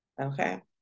okay